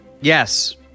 Yes